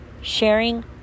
sharing